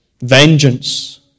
vengeance